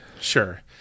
Sure